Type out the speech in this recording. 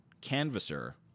canvasser